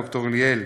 ד"ר ליאל,